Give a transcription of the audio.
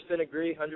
agree